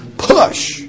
Push